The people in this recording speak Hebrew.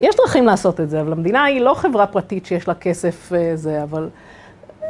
יש דרכים לעשות את זה, אבל המדינה היא לא חברה פרטית שיש לה כסף זה, אבל...